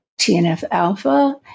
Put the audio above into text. TNF-alpha